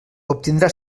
obtindrà